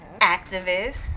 activist